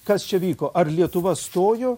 kas čia vyko ar lietuva stojo